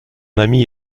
ami